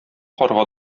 карга